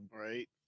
Right